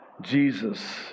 Jesus